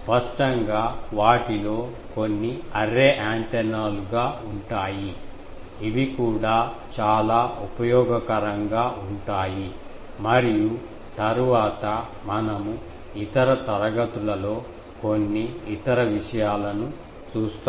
స్పష్టంగా వాటిలో కొన్ని అర్రే యాంటెనాలుగా ఉంటాయి ఇవి కూడా చాలా ఉపయోగకరంగా ఉంటాయి మరియు తరువాత మనము ఇతర తరగతులలో కొన్ని ఇతర విషయాలను చూస్తాము